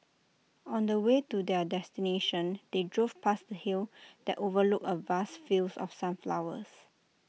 on the way to their destination they drove past A hill that overlooked A vast fields of sunflowers